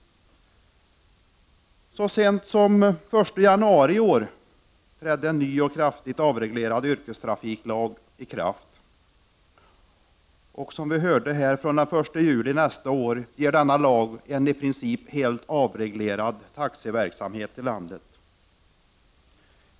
Så sent som den 1 januari i år trädde en ny och kraftigt avreglerad yrkestrafiklag i kraft. Som vi här har hört ger denna lag från den 1 juli nästa år en i princip helt avreglerad taxiverksamhet i landet.